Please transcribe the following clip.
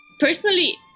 Personally